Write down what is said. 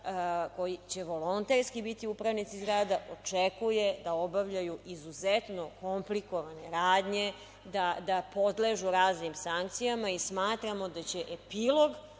koji će volonterski biti upravnici zgrada očekuje da obavljaju izuzetno komplikovane radnje, da podležu raznim sankcijama i smatramo da će epilog